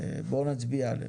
בואו נצביע עליהם.